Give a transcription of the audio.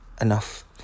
enough